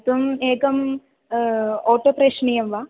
त्वम् एकम् ओटो प्रेषणीयं वा